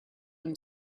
and